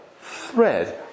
thread